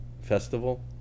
festival